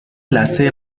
لثه